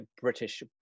British